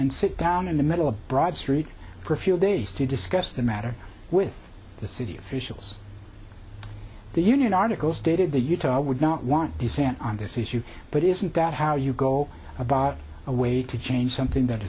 and sit down in the middle of broad street for a few days to discuss the matter with the city officials the union article stated the utah i would not want dissent on this issue but isn't that how you go about a way to change something that